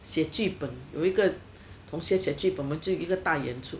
写剧本有一个同学写剧本我们就一个大演出